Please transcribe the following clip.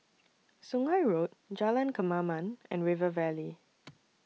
Sungei Road Jalan Kemaman and River Valley